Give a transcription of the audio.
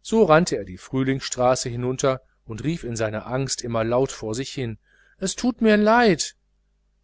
so rannte er die frühlingsstraße hinunter und rief in seiner angst immer laut vor sich hin es tut mir leid